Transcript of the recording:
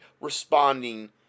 responding